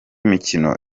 mikino